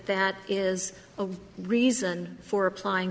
that is a reason for applying